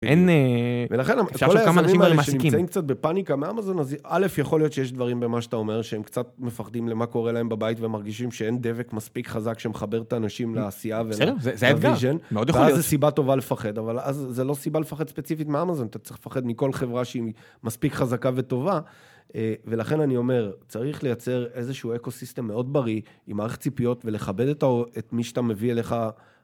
ולכן כל האנשים האלה שנמצאים קצת בפאניקה מאמזון, אז א', יכול להיות שיש דברים במה שאתה אומר, שהם קצת מפחדים למה קורה להם בבית, ומרגישים שאין דבק מספיק חזק שמחבר את האנשים לעשייה. בסדר, זה האתגר, מאוד יכול להיות. ואז זו סיבה טובה לפחד, אבל אז זה לא סיבה לפחד ספציפית מאמזון, אתה צריך לפחד מכל חברה שהיא מספיק חזקה וטובה, ולכן אני אומר, צריך לייצר איזשהו אקו-סיסטם מאוד בריא, עם מערכת ציפיות ולכבד את מי שאתה מביא אליך.